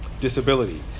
disability